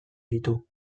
ditu